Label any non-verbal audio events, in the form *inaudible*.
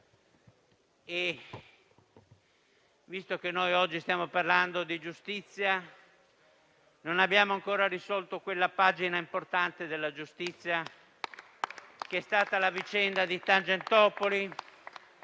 Visto che oggi stiamo parlando di giustizia, ricordo che non abbiamo ancora risolto quella pagina importante della giustizia *applause* che è stata la vicenda di Tangentopoli